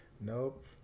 Nope